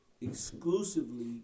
exclusively